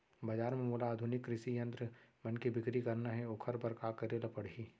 बजार म मोला आधुनिक कृषि यंत्र मन के बिक्री करना हे ओखर बर का करे ल पड़ही?